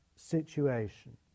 situation